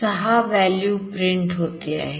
6 value print होते आहे